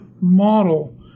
model